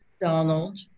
Donald